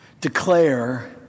declare